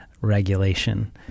regulation